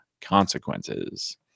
consequences